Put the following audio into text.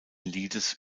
liedes